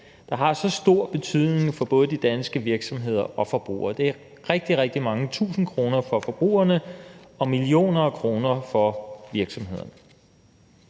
der har så stor betydning for både de danske virksomheder og forbrugere. Det er rigtig, rigtig mange tusinde kroner for forbrugerne og millioner af kroner for virksomhederne.